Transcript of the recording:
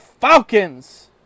Falcons